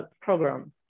program